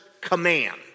command